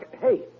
Hey